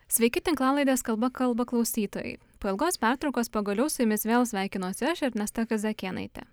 sveiki tinklalaidės kalba kalba klausytojai po ilgos pertraukos pagaliau su jumis vėl sveikinuosi aš ernesta kazakienaitė